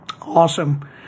Awesome